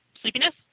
sleepiness